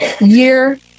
year